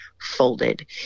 folded